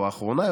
או האחרונה,